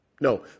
No